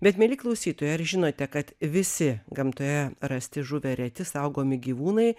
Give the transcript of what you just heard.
bet mieli klausytojai ar žinote kad visi gamtoje rasti žuvę reti saugomi gyvūnai